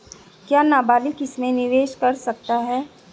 क्या नाबालिग इसमें निवेश कर सकता है?